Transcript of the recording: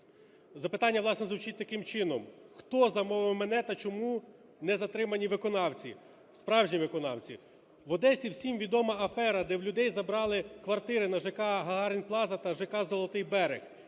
Запитання, власне, звучить таким чином: "Хто замовив мене та чому не затримані виконавці, справжні виконавці?". В Одесі всім відома афера, де в людей забрали квартири на ЖК "Гагарін Плаза" та ЖК "Золотий берег".